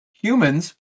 Humans